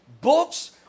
books